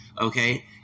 okay